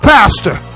Pastor